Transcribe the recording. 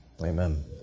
Amen